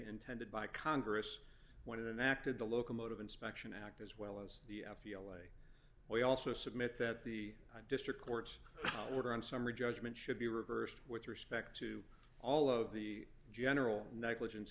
intended by congress when an acted the locomotive inspection act as well as the f e l a we also submit that the district court's order on summary judgment should be reversed with respect to all of the general negligence